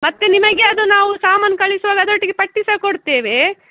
ಮತ್ತೆ ನಿಮಗೆ ಅದು ನಾವು ಸಾಮಾನು ಕಳಿಸುವಾಗ ಅದರೊಟ್ಟಿಗೆ ಪಟ್ಟಿ ಸಹ ಕೊಡ್ತೇವೆ